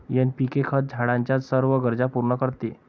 NPK खत झाडाच्या सर्व गरजा पूर्ण करते